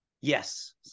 Yes